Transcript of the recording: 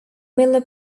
miller